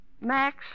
Max